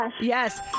Yes